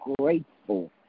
grateful